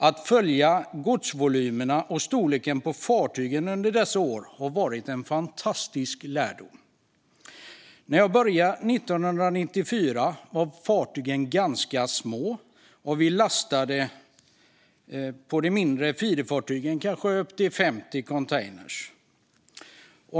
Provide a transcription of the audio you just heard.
Att följa godsvolymerna och storleken på fartygen under dessa år har varit en fantastisk lärdom. När jag började 1994 var fartygen ganska små, och på de mindre feederfartygen lastade vi kanske upp till 50 containrar.